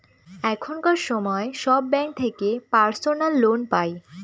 এখনকার সময় সব ব্যাঙ্ক থেকে পার্সোনাল লোন পাই